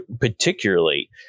particularly